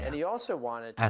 and he also wanted ah